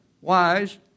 wise